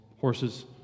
horses